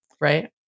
Right